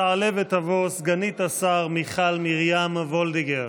תעלה ותבוא סגנית השר מיכל מרים וולדיגר.